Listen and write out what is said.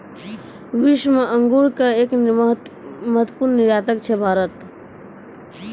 विश्व मॅ अंगूर के एक महत्वपूर्ण निर्यातक छै भारत